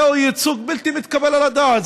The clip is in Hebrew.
זהו ייצוג בלתי מתקבל על הדעת.